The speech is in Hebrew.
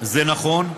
זה נכון,